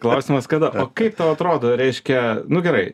klausimas kada o kaip tau atrodo reiškia nu gerai